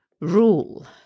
rule